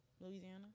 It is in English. Louisiana